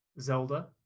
Zelda